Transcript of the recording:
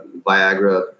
Viagra